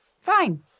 Fine